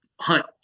hunt